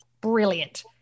Brilliant